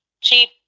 cheap